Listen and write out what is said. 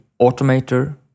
automator